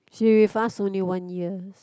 she fast only one years